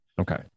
Okay